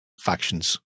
factions